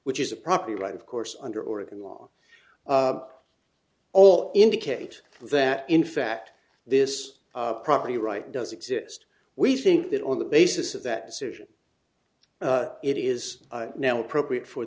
which is a property right of course under oregon law all indicate that in fact this property right does exist we think that on the basis of that decision it is now appropriate for